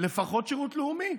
לפחות שירות לאומי,